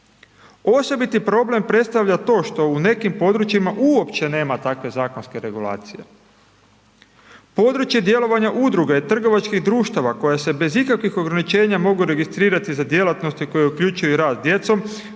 Osobiti problem predstavlja to što u nekim područjima uopće nema takve zakonske regulacije. Područje djelovanja udruge trgovačkih društava koja se bez ikakvih ograničenja mogu registrirati za djelatnosti koje uključuju i rad s djecom